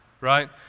Right